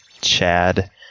Chad